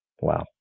Wow